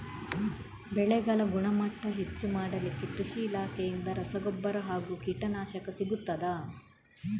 ಬೆಳೆಗಳ ಗುಣಮಟ್ಟ ಹೆಚ್ಚು ಮಾಡಲಿಕ್ಕೆ ಕೃಷಿ ಇಲಾಖೆಯಿಂದ ರಸಗೊಬ್ಬರ ಹಾಗೂ ಕೀಟನಾಶಕ ಸಿಗುತ್ತದಾ?